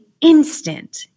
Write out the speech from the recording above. instant